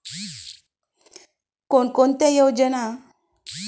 कोणकोणत्या योजना शेतकरी लोकांसाठी आहेत?